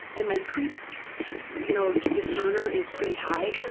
and my creep you know discerner is pretty high.